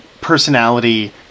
personality